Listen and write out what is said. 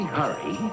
hurry